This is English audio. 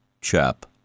chap